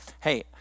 Hey